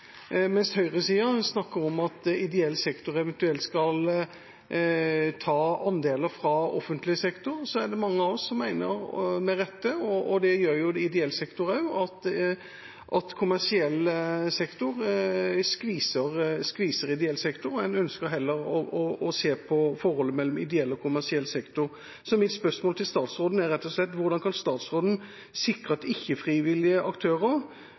Mens høyresiden snakker om at ideell sektor eventuelt skal ta andeler fra offentlig sektor, er det mange av oss som mener, med rette, og det mener jo ideell sektor også, at kommersiell sektor skviser ideell sektor. En ønsker heller å se på forholdet mellom ideell og kommersiell sektor. Så mitt spørsmål til statsråden er rett og slett: Hvordan kan statsråden sikre at frivillige aktører